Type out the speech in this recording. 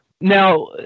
Now